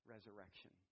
resurrection